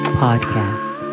podcast